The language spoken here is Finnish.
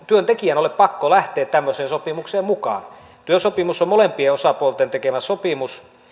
työntekijän ole pakko lähteä tämmöiseen sopimukseen mukaan työsopimus on molempien osapuolten tekemä sopimus